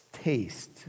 taste